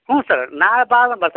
ಹ್ಞೂ ಸರ್ ನಾಳೆ ಬಾ ಅಂದ್ರೆ ಬರ್ತೀನಿ